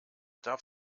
darf